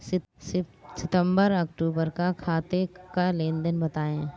सितंबर अक्तूबर का खाते का लेनदेन बताएं